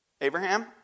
Abraham